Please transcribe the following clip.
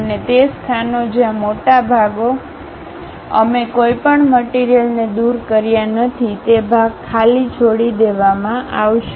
અને તે સ્થાનો જ્યાં મોટા ભાગો અમે કોઈપણ મટીરીયલને દૂર કર્યા નથી તે ભાગ ખાલી છોડી દેવામાં આવશે